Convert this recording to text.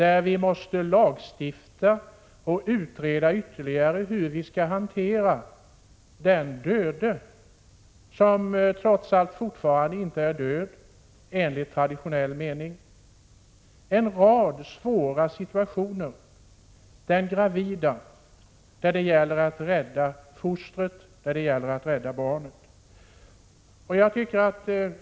Vi måste lagstifta och utreda ytterligare hur vi skall hantera den döde, som trots allt fortfarande inte är död i traditionell mening. Det uppstår en rad svåra situationer. Vi har t.ex. fallet med den gravida kvinnan där det gäller att rädda barnet.